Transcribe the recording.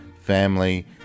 family